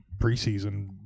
preseason